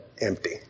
empty